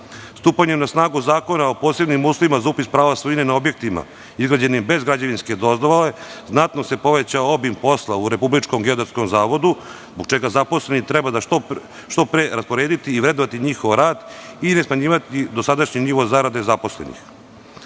Stupanjem na snagu Zakona o posebnim uslovima za upis prava svojine na objektima izgrađenim bez građevinske dozvole znatno se povećao posla u RGZ zbog čega zaposleni treba što pre raspodeliti i vrednovati njegov rad i nesmanjivati dosadašnji nivo zarade zaposlenih.